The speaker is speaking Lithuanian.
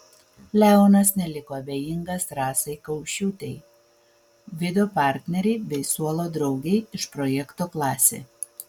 leonas neliko abejingas rasai kaušiūtei vido partnerei bei suolo draugei iš projekto klasė